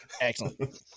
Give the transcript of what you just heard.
excellent